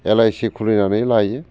L I C खुलिनानै लायो